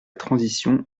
transition